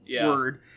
word